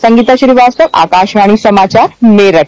संगीता श्रीवास्तव आकाशवाणी समाचार मेरठ